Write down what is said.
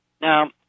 Now